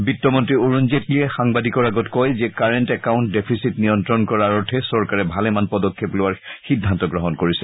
বিত্ত মন্ত্ৰী অৰুণ জেটলীয়ে সাংবাদিকৰ আগত কয় যে কাৰেণ্ট একাউণ্ট ডেফিচিট নিয়ন্ত্ৰণ কৰাৰ অৰ্থে চৰকাৰে ভালেমান পদক্ষেপ লোৱাৰ সিদ্ধান্ত গ্ৰহণ কৰিছে